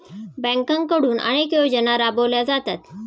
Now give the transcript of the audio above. बँकांकडून अनेक योजना राबवल्या जातात